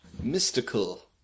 mystical